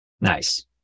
Nice